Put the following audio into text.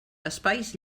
espais